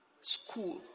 school